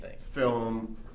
film